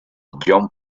jon